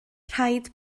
rhaid